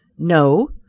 no,